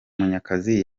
munyakazi